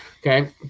Okay